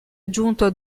aggiunto